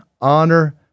honor